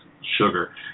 sugar